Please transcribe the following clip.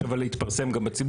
צריך אבל להתפרסם גם בציבור.